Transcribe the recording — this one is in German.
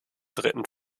dritten